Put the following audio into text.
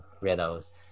riddles